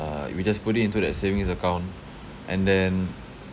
we just put it into that savings account and then